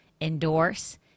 endorse